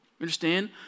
Understand